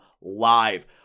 live